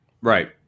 right